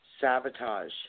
Sabotage